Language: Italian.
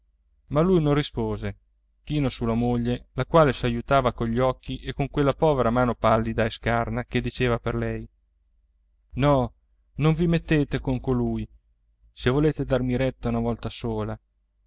ma lui non rispose chino sulla moglie la quale s'aiutava cogli occhi e con quella povera mano pallida e scarna che diceva per lei no non vi mettete con colui se volete darmi retta una volta sola